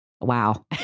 wow